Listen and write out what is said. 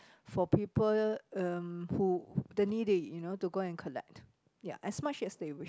for people um who the needy you know to go and collect ya as much as they wish